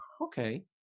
okay